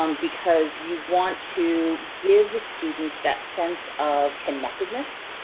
um because you want to give the students that sense of connectedness,